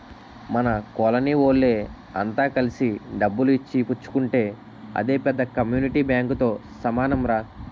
మన కోలనీ వోళ్ళె అంత కలిసి డబ్బులు ఇచ్చి పుచ్చుకుంటే అదే పెద్ద కమ్యూనిటీ బాంకుతో సమానంరా